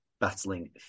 battling